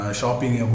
shopping